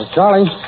Charlie